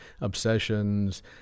obsessions